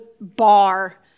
bar